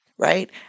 right